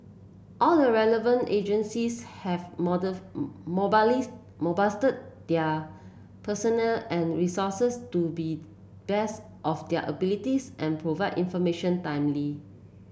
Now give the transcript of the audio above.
all the relevant agencies have their personnel and resources to be best of their abilities and provided information timely